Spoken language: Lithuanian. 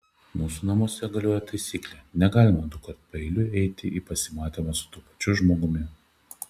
mūsų namuose galioja taisyklė negalima dukart paeiliui eiti į pasimatymą su tuo pačiu žmogumi